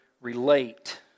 relate